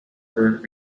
were